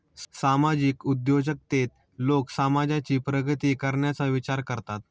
सामाजिक उद्योजकतेत लोक समाजाची प्रगती करण्याचा विचार करतात